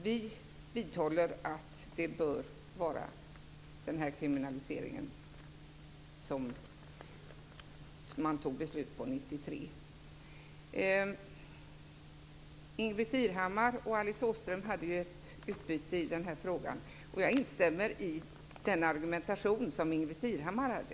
Vi vidhåller att det bör vara den kriminalisering som det fattades beslut om år 1993. Ingbritt Irhammar och Alice Åström hade ett utbyte i den här frågan. Jag instämmer i den argumentation som Ingbritt Irhammar hade.